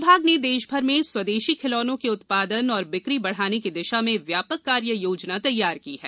विभाग ने देश भर में स्वदेशी खिलौनों के उत्पादन और बिक्री बढ़ाने की दिशा में व्यापक कार्य योजना तैयार की है